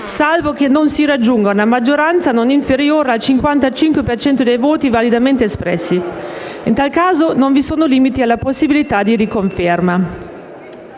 salvo che non si raggiunga una maggioranza non inferiore al 55 per cento dei voti validamente espressi. In tal caso non vi sono limiti alla possibilità di riconferma.